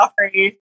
sorry